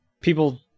people